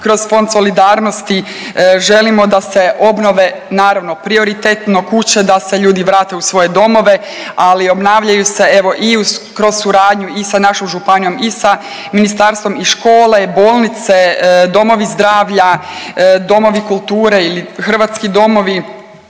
kroz Fond solidarnosti. Želimo da se obnove naravno prioritetno, kuće da se ljudi vrate u svoje domove. Ali obnavljaju se evo i kroz suradnju i sa našom županijom i sa ministarstvom i škole, bolnice, domovi zdravlja, domovi kulture ili hrvatski domovi.